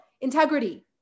Integrity